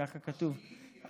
ככה כתוב.